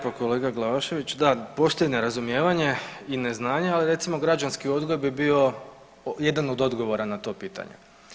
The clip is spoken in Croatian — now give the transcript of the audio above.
Hvala kolega Glavašević, da postoji nerazumijevanje i neznanje ali recimo građanski odgoj bi bio jedan od odgovora na to pitanje.